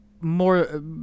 more